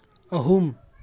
ꯑꯍꯨꯝ